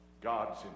God's